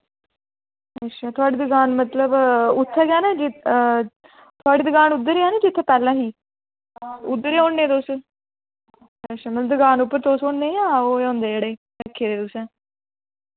अच्छा थुआढ़ी दुकान मतलब उत्थै गै ना जी थुआढ़ी दुकान उद्धर गै ना जित्थै पैह्लें ही उद्धर गै होने तुस अच्छा मतलब दुकान उप्पर तुस होन्ने जां ओह् होंदे जेह्ड़े रक्खे दे तुसें